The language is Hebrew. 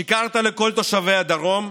שיקרת לכל תושבי הדרום,